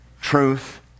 Truth